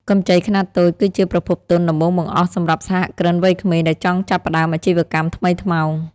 កម្ចីខ្នាតតូចគឺជាប្រភពទុនដំបូងបង្អស់សម្រាប់សហគ្រិនវ័យក្មេងដែលចង់ចាប់ផ្ដើមអាជីវកម្មថ្មីថ្មោង។